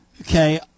okay